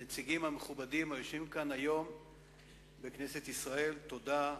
הנציגים המכובדים שיושבים כאן היום בכנסת ישראל: תודה,